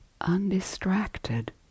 undistracted